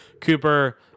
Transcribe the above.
Cooper